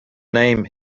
name